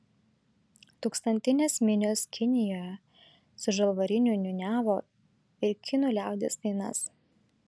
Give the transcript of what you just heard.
tūkstantinės minios kinijoje su žalvariniu niūniavo ir kinų liaudies dainas